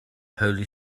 holy